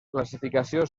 classificació